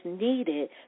needed